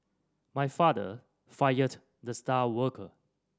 my father fired the star worker